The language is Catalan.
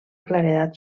claredat